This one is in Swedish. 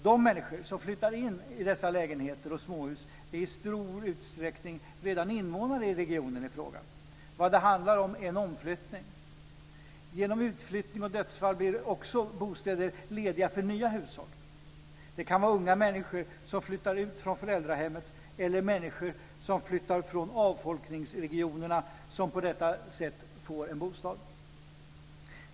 De människor som flyttar in i dessa lägenheter och småhus är i stor utsträckning redan invånare i regionen i fråga. Vad det handlar om är en omflyttning. Genom utflyttning och dödsfall blir bostäder också lediga för nya hushåll. Det kan vara unga människor som flyttar ut från föräldrahemmet eller människor som flyttar från avfolkningsregionerna som på detta sätt får en bostad.